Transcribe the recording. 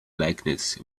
blackness